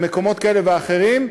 במקומות כאלה ואחרים.